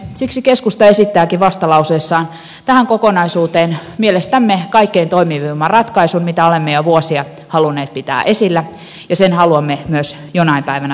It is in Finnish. siksi keskusta esittääkin vastalauseessaan tähän kokonaisuuteen mielestämme kaikkein toimivimman ratkaisun mitä olemme jo vuosia halunneet pitää esillä ja sen haluamme myös jonain päivänä toteuttaa